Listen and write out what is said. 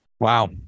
Wow